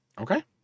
Okay